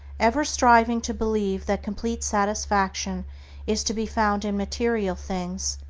ever striving to believe that complete satisfaction is to be found in material things,